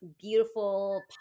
beautiful